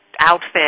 outfit